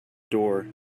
door